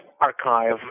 archive